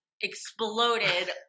exploded